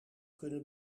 kunnen